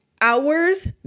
hours